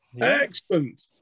Excellent